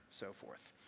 so forth.